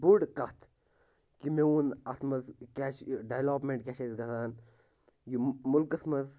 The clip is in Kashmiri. بوٚڈ کَتھ کہِ مےٚ ووٚن اَتھ منٛز کیٛاہ چھِ یہِ ڈٮ۪ولَپمٮ۪نٛٹ کیٛاہ چھِ اَسہِ گژھان یہِ مُلکَس منٛز